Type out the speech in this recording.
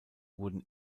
wurden